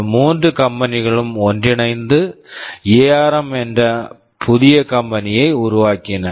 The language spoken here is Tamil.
இந்த மூன்று கம்பெனி company களும் ஒன்றிணைந்து எஆர்ம் ARM என்ற புதிய கம்பெனி company யை உருவாக்கின